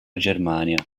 germania